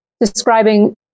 describing